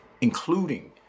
including